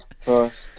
first